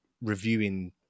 reviewing